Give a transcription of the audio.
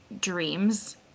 dreams